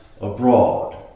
abroad